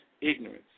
ignorance